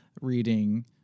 reading